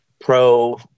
pro